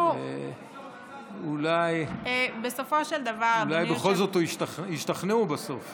אולי בכל זאת ישתכנעו בסוף.